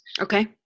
Okay